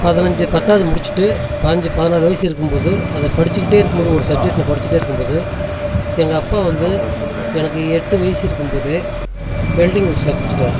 பதினஞ்சி பத்தாவது முடிச்சுட்டு பாஞ்சி பதினாறு வயசு இருக்கும் போது அதை படிச்சிக்கிட்டே இருக்கும் போது ஒரு சப்ஜெக்ட்டில் படிச்சிக்கிட்டே இருக்கும் போது எங்க அப்பா வந்து எனக்கு எட்டு வயசு இருக்கும் போதே வெல்டிங் ஒர்க் ஷாப் வச்சிட்டார்